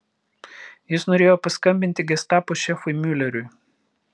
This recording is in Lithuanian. jis norėjo paskambinti gestapo šefui miuleriui